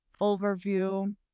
overview